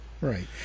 right